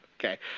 okay